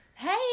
hey